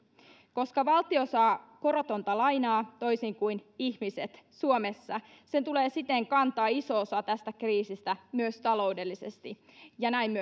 koska valtio saa korotonta lainaa toisin kuin ihmiset suomessa sen tulee siten kantaa iso osa tästä kriisistä myös taloudellisesti ja näin